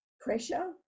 pressure